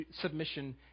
submission